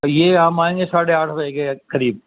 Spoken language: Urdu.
تو یہ ہم آئیں گے ساڑھے آٹھ بجے کے قریب